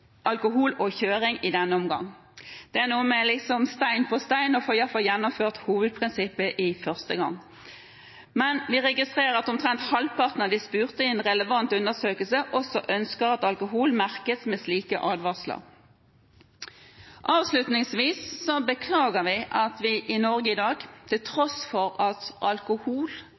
i denne omgang. Det er noe med stein på stein og i alle fall få gjennomført hovedprinsippet i første omgang. Men vi registrerer at omtrent halvparten av de spurte i en relevant undersøkelse også ønsker at alkohol merkes med slike advarsler. Avslutningsvis beklager vi at vi i Norge i dag, til